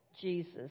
Jesus